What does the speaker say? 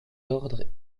ordres